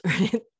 right